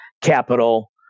capital